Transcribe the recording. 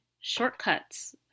shortcuts